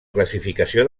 classificació